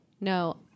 No